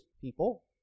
people